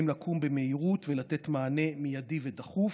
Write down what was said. לקום במהירות ולתת מענה מיידי ודחוף,